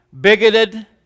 bigoted